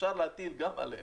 אפשר להטיל גם עליהם,